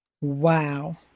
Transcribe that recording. Wow